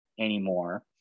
anymore